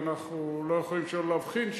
ואנחנו לא יכולים שלא להבחין,